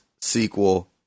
sequel